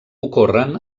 ocorren